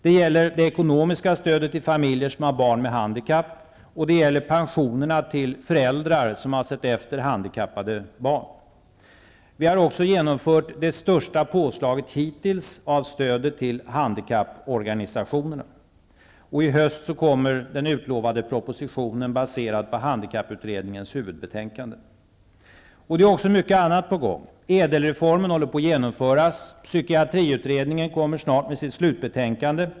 Det gäller det ekonomiska stödet till familjer som har barn med handikapp och det gäller pensionerna till föräldrar som har sett efter handikappade barn. Vi har också genomfört det största påslaget hittills av stödet till handikapporganisationerna. Och i höst kommer den utlovade propositionen baserad på handikapputredningens huvudbetänkande. Mycket annat är också på gång. ÄDEL-reformen håller på att genomföras. Psykiatriutredningen kommer snart med sitt slutbetänkande.